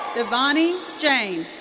dhvani jain.